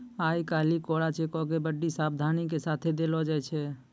आइ काल्हि कोरा चेको के बड्डी सावधानी के साथे देलो जाय छै